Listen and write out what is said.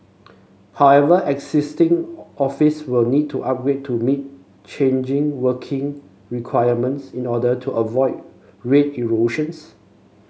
however existing office will need to upgrade to meet changing working requirements in order to avoid rate erosions